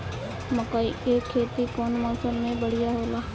मकई के खेती कउन मौसम में बढ़िया होला?